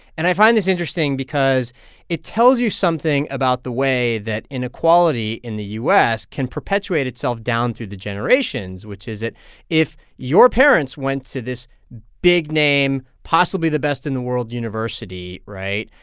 and i find this interesting because it tells you something about the way that inequality in the u s. can perpetuate itself down through the generations, which is if your parents went to this big-name, possibly-the-best-in-the-world university right?